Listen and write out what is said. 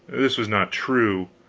this was not true.